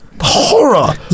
horror